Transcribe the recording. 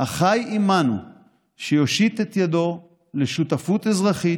החי עימנו שיושיט את ידו לשותפות אזרחית